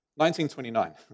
1929